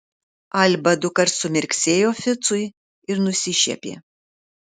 alba dukart sumirksėjo ficui ir nusišiepė